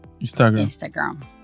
Instagram